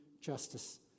justice